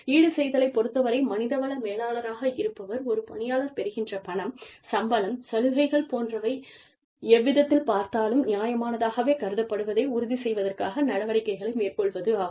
ஈடுசெய்தலைப் பொறுத்தவரை மனித வள மேலாளராக இருப்பவர் ஒரு பணியாளர் பெறுகின்ற பணம் சம்பளம் சலுகைகள் போன்றவை எவ்விதத்தில் பார்த்தாலும் நியாயமானதாகவே கருதப்படுவதை உறுதி செய்வதற்காக நடவடிக்கைகளை மேற்கொள்வதாகும்